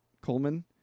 Coleman